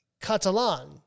Catalan